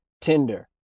Tinder